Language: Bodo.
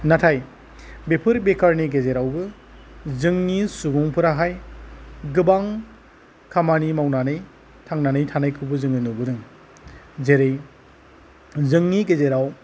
नाथाय बेफोर बेकारनि गेजेरावबो जोंनि सुबुंफोराहाय गोबां खामानि मावनानै थांनानै थानायखौबो जोङो नुबोदों जेरै जोंनि गेजेराव